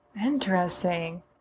Interesting